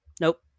Nope